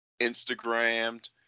Instagrammed